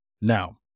Now